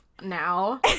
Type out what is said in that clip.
now